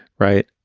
right.